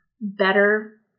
better